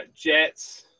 Jets